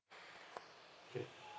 okay